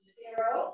zero